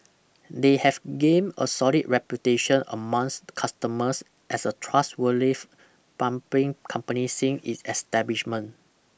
they have gained a solid reputation amongst customers as a trustworthy plumbing company since its establishment